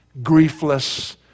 griefless